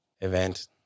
event